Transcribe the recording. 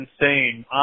insane